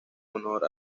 honor